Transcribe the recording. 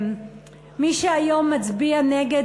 מי שהיום מצביע נגד,